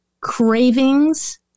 cravings